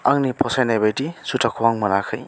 आंनि फसायनाय बायदि जुथाखौ आं मोनाखै